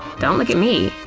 don't look at me.